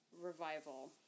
revival